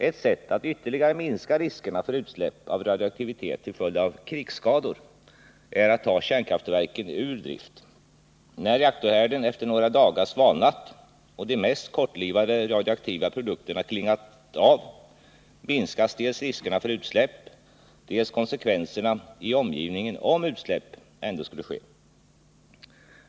Ett sätt att ytterligare minska riskerna för utsläpp av radioaktivitet till följd av krigsskador är att ta kärnkraftverken ur drift. När reaktorhärden efter några dagar svalnat och de mest kortlivade radioaktiva produkterna klingat av, minskas dels riskerna för utsläpp, dels konsekvenserna i omgivningen om utsläpp ändå skulle ske.